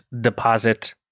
deposit